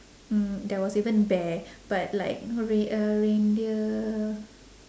mm there was even bear but like rei~ uh reindeer